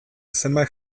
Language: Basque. zenbait